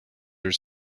are